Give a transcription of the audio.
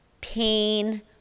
pain